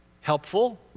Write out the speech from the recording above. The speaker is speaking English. helpful